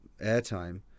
airtime